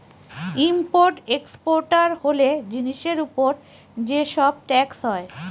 import exporter হলে জিনিসের উপর যে সব ট্যাক্স হয়